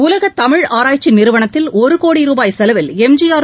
உலகத் தமிழ் ஆராய்ச்சி நிறுவனத்தில் ஒரு கோடி ருபாய் செலவில் எம்ஜிஆர்